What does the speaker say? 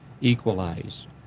equalize